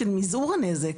כיוון של מזעור הנזק.